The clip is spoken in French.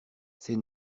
ses